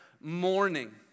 mourning